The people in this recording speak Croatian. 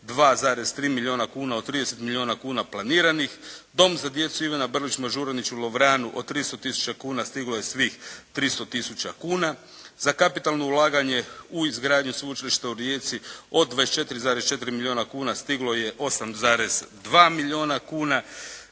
2,3 milijuna kuna od 30 milijuna kuna planiranih. Dom za djecu «Ivana Brlić Mažuranić» u Lovranu od 300 tisuća kuna stiglo je svih 300 tisuća kuna. Za kapitalno ulaganje u izgradnju Sveučilišta u Rijeci od 24,4 milijuna kuna stiglo je 8,2 milijuna kuna.